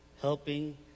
helping